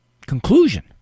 conclusion